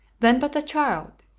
then but a child,